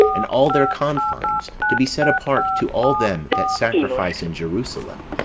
and all their confines, to be set apart to all them that sacrifice in jerusalem,